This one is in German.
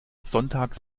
sonntags